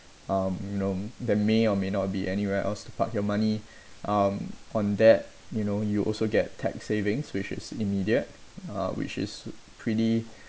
um you know that may or may not be anywhere else to park your money um on that you know you also get tax savings which is immediate uh which is pretty